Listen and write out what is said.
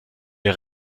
der